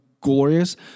glorious